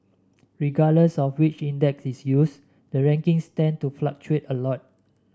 regardless of which index is used the rankings tend to fluctuate a lot